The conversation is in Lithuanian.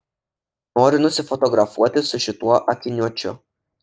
noriu nusifotografuoti su šituo akiniuočiu